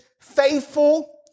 faithful